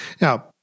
Now